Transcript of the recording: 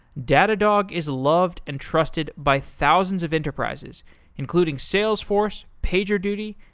datadog is loved and trusted by thousands of enterprises including salesforce, pagerduty,